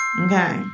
Okay